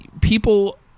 People